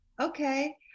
okay